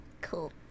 Cool